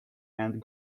and